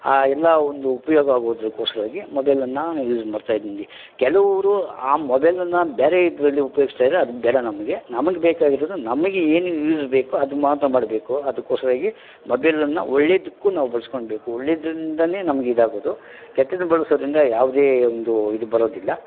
ಆ ಎಲ್ಲ ಒಂದು ಉಪಯೋಗ ಆಗೋದಕ್ಕೋಸ್ಕರವಾಗಿ ಮೊಬೈಲನ್ನು ನಾನು ಯೂಸ್ ಮಾಡ್ತಾಯಿದ್ದಿನಿ ಕೆಲವರು ಆ ಮೊಬೈಲನ್ನು ಬೇರೆ ಇದರಲ್ಲಿ ಉಪಯೋಗಸ್ತಾಯಿರೆ ಅದು ಬೇಡ ನಮಗೆ ನಮಗೆ ಬೇಕಾಗಿರೋದು ನಮಗೆ ಏನು ಯೂಸ್ ಬೇಕೋ ಅದು ಮಾತ್ರ ಮಾಡಬೇಕು ಅದಕೋಸ್ಕರವಾಗಿ ಮೊಬೈಲನ್ನು ಒಳ್ಳೆದಕ್ಕೂ ನಾವು ಬಳಸ್ಕೋಣ್ಬೇಕು ಒಳ್ಳೆದ್ರಿಂದ ನಮಗಿದಾಗೋದು ಕೆಟ್ಟದ್ದು ಬಳಸೋದ್ರಿಂದ ಯಾವುದೇ ಒಂದು ಇದು ಬರೋದಿಲ್ಲ